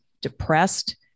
depressed